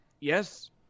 Yes